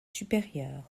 supérieurs